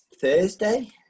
Thursday